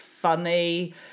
funny